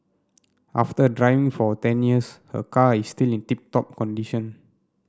after driving for ten years her car is still in tip top condition